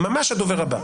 מתרשם מהתזה.